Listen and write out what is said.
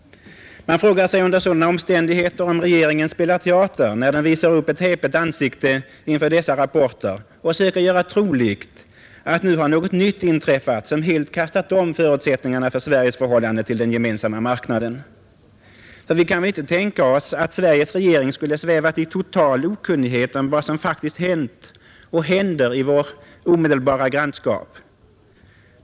Man frågar sig under sådana omständigheter, om regeringen spelar teater när den visar upp ett häpet ansikte inför dessa rapporter och söker göra troligt att något nytt nu har inträffat, som helt kastat om förutsättningarna för Sveriges förhållande till Gemensamma marknaden. För vi kan väl inte tänka oss att Sveriges regering skulle ha svävat i total okunnighet om vad som faktiskt hänt och händer i vårt omedelbara grannskap?